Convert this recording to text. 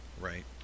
Right